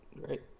right